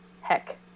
Heck